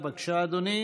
בבקשה, אדוני.